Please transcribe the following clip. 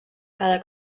cada